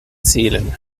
zählen